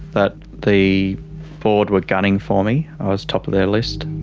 that the board were gunning for me. i was top of their list.